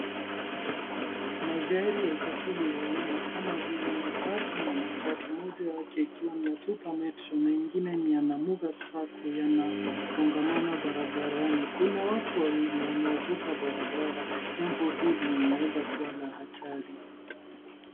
Magari ya usafiri wa umma kama vile mabasi na matatu moja yake ikiwa ni ya SuperMetro na ingine ni ya Namuga Sacco yanasongamana barabarani. Kuna watu wawili wanaovuka barabara jambo hili linaweza kuwa la hatari.